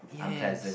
yes